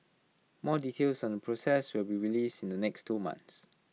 more details on the process will be released in the next two months